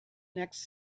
next